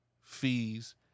fees